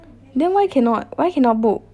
then why cannot why cannot book